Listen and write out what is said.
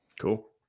Cool